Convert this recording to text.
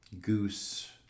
goose